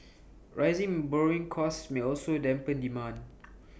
rising borrowing costs may also dampen demand